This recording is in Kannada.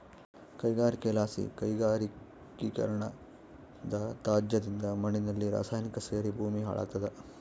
ಗಣಿಗಾರಿಕೆಲಾಸಿ ಕೈಗಾರಿಕೀಕರಣದತ್ಯಾಜ್ಯದಿಂದ ಮಣ್ಣಿನಲ್ಲಿ ರಾಸಾಯನಿಕ ಸೇರಿ ಭೂಮಿ ಹಾಳಾಗ್ತಾದ